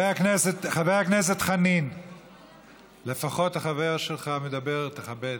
חבר הכנסת חנין, לפחות, החבר שלך מדבר, תכבד.